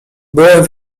byłem